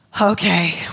Okay